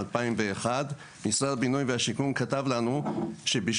2001. משרד הבינוי והשיכון כתב לנו שבשביל